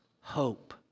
hope